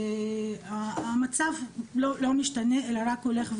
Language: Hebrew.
והיום העניין הוא שקשור לאיכות הסביבה.